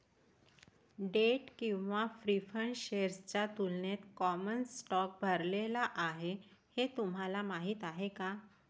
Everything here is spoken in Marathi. डेट किंवा प्रीफर्ड शेअर्सच्या तुलनेत कॉमन स्टॉक भरलेला आहे हे तुम्हाला माहीत आहे का?